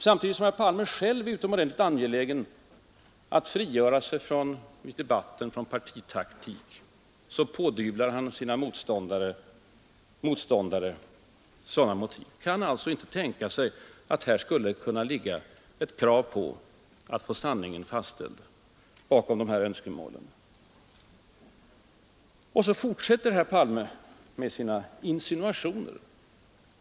Samtidigt som herr Palme varit utomordentligt angelägen om att frita sig själv från varje misstanke om partitaktik, pådyvlar han alltså sina motståndare sådana motiv. Han kan inte tänka sig att bakom våra önskemål skulle kunna ligga en strävan att helt enkelt få sanningen fastställd. Och herr Palme fortsätter med sina insinuationer.